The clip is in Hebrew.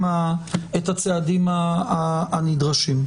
הצעדים הנדרשים.